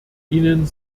ihnen